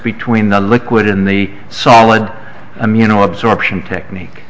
between the liquid in the solid immuno absorption technique